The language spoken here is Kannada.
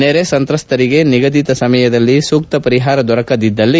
ನೆರೆ ಸಂತ್ರಸ್ತರಿಗೆ ನಿಗಧಿತ ಸಮಯದಲ್ಲಿ ಸೂಕ್ತ ಪರಿಹಾರ ದೊರಕದಿದ್ದಲ್ಲಿ